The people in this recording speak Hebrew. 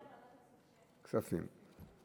אני מציעה את ועדת הכספים.